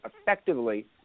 effectively